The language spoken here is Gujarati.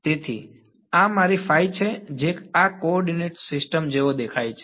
તેથી આ મારી ફાઇ છે જે આ કો ઓર્ડિનેટ સિસ્ટમ જેવો દેખાય છે